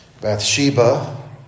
Bathsheba